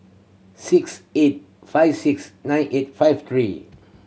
six eight five six nine eight five three